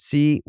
See